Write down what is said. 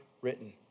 written